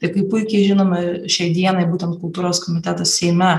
tai kaip puikiai žinome ir šiai dienai būtent kultūros komitetas seime